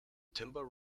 timber